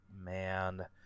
man